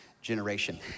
generation